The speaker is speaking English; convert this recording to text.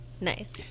Nice